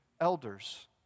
elders